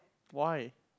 why